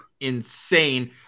insane